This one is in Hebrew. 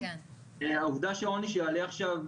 העובדה שהוענש יעלה עכשיו,